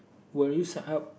will you sign up